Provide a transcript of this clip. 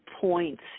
points